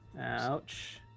Ouch